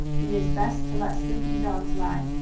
it is best to let sleeping dogs lie,